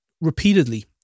repeatedly